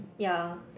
ya